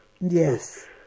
yes